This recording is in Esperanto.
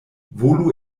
volu